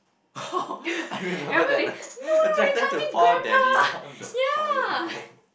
I remember that now I threaten to pour daddy down the toilet bowl